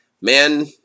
man